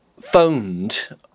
phoned